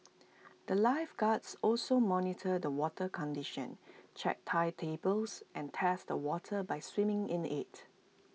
the lifeguards also monitor the water condition check tide tables and test the water by swimming in IT